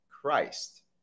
Christ